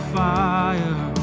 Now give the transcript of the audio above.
fire